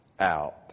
out